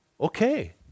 okay